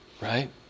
right